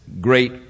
great